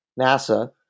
NASA